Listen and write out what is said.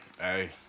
Hey